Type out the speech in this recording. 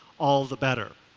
all the better.